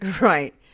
Right